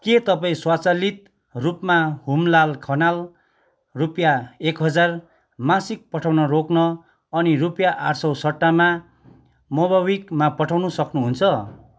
के तपाईँ स्वचालित रूपमा हुमलाल खनाल रुपियाँ एक हजार मासिक पठाउन रोक्न अनि रुपियाँ आठ सौ सट्टामा मोबिक्विकमा पठाउनु सक्नुहुन्छ